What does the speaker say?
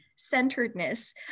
Centeredness